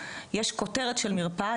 יש כותרת של מרפאה,